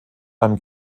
einem